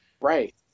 Right